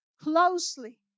closely